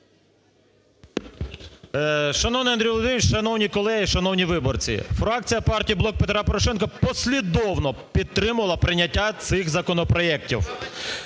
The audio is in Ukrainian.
Шановний Андрій Володимирович! Шановні колеги! Шановні виборці! Фракція партії "Блок Петра Порошенка" послідовно підтримувала прийняття цих законопроектів.